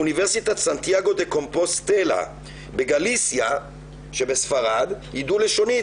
אוניברסיטת סנטיאגו דה קומפוסטלה בגליסיה שבספרד היא דו לשונית,